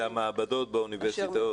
אלה המעבדות באוניברסיטאות?